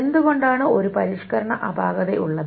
എന്തുകൊണ്ടാണ് ഒരു പരിഷ്കരണ അപാകത ഉള്ളത്